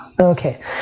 okay